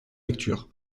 lecture